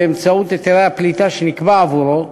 באמצעות היתרי הפליטה שנקבעו עבורו,